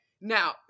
Now